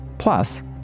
Plus